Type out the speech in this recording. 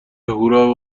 هورا